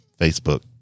Facebook